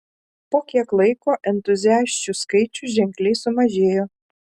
po kiek laiko entuziasčių skaičius ženkliai sumažėjo